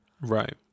Right